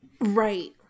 right